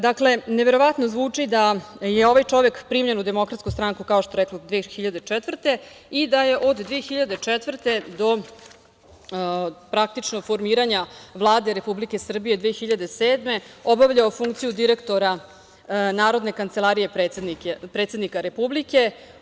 Dakle, neverovatno zvuči da je ovaj čovek primljen u DS, kao što rekoh, 2004. godine i da je od 2004. godine do formiranja Vlade Republike Srbije 2007. godine obavljao funkciju direktora Narodne kancelarije predsednika Republike.